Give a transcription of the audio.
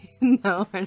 no